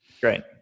Great